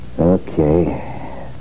Okay